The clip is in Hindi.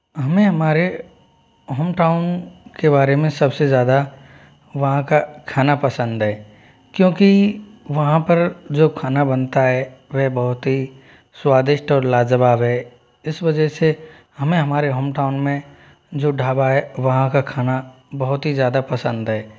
हमें हमारे होमटाउन के बारे में सबसे ज़्यादा वहाँ का खाना पसंद है क्योंकि वहाँ पर जो खाना बनता है वह बहुत ही स्वादिष्ट और लाजवाब है इस वजह से हमें हमारे होमटाउन में जो ढाबा है वहाँ का खाना बहुत ही ज़्यादा पसंद है